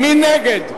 מי נגד?